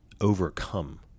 overcome